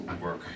work